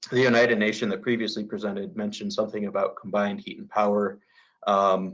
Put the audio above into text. the oneida nation that previously presented mentioned something about combined heat and power.